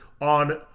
on